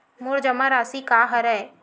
मोर जमा राशि का हरय?